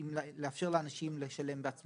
האם לאפשר לאנשים לשלם בעצמם.